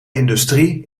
industrie